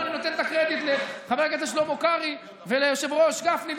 פה אני נותן לחבר הכנסת שלמה קרעי וליושב-ראש גפני,